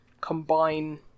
combine